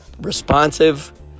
responsive